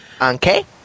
Okay